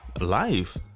life